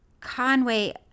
Conway